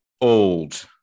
old